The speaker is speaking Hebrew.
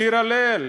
שיר הלל,